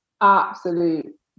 absolute